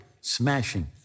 smashing